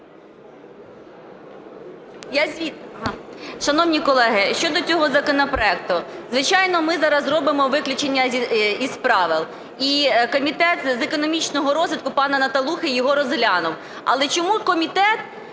Л.М. Шановні колеги, щодо цього законопроекту. Звичайно, ми зараз зробимо виключення із правил, і Комітет з економічного розвитку пана Наталухи його розглянув. Але чому комітет